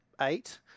eight